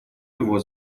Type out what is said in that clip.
его